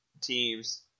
teams